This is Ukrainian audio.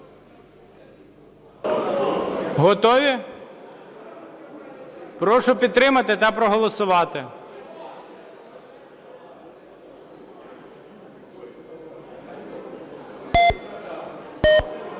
Готові? Прошу підтримати та проголосувати.